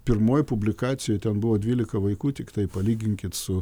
pirmoj publikacijoj ten buvo dvylika vaikų tiktai palyginkit su